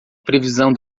previsão